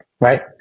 Right